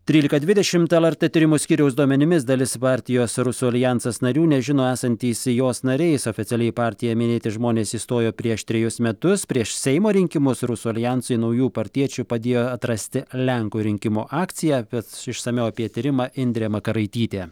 trylika dvidešimt lrt tyrimų skyriaus duomenimis dalis partijos rusų aljansas narių nežino esantys jos nariais oficialiai į partiją minėti žmonės įstojo prieš trejus metus prieš seimo rinkimus rusų aljansui naujų partiečių padėjo atrasti lenkų rinkimų akcija bet išsamiau apie tyrimą indrė makaraitytė